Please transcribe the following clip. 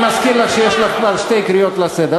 אני מזכיר לך שיש לך כבר שתי קריאות לסדר,